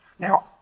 Now